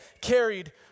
carried